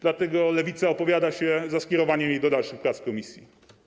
Dlatego Lewica opowiada się za skierowaniem jej do dalszych prac w komisji.